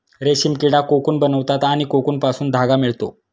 रेशीम किडा कोकून बनवतात आणि कोकूनपासून धागा मिळतो